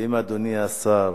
ואם אדוני השר